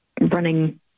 running